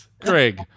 Craig